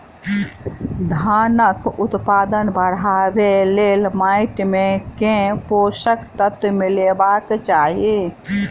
धानक उत्पादन बढ़ाबै लेल माटि मे केँ पोसक तत्व मिलेबाक चाहि?